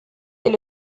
est